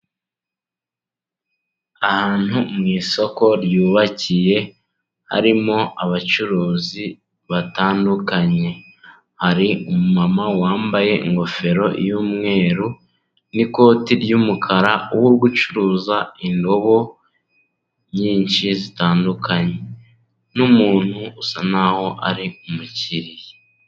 Ahantu mu isoko ryubakiye harimo abacuruzi batandukanye, hari umama wambaye ingofero y'umweru n'ikoti ry'umukara, uri gucuruza indobo nyinshi zitandukanye n'umuntu usa n'aho ari umukiriya.